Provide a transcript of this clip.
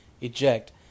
Eject